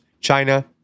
China